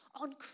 On